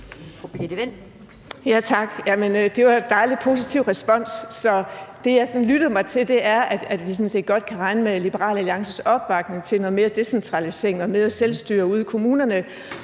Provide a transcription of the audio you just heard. Det var en dejlig positiv respons. Det, jeg lyttede mig til, er, at vi sådan set godt kan regne med Liberal Alliances opbakning til noget mere decentralisering og mere selvstyre ude i kommunerne,